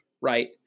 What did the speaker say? right